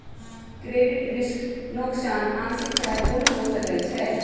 credit risk नोकसान आंशिक चाहे पूर्ण हो सकइ छै